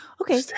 Okay